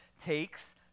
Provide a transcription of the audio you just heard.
takes